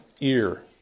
ear